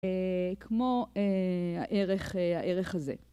כמו הערך, הערך הזה.